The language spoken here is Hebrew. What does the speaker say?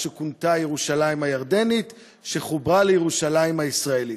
שכונתה "ירושלים הירדנית" וחוברה לירושלים הישראלית.